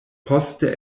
poste